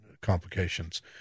complications